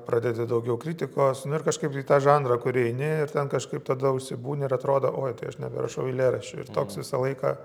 pradedi daugiau kritikos nu ir kažkaip tą žanrą kur eini ten kažkaip tada užsibūni ir atrodo oi tai aš neberašau eilėraščių ir toks visą laiką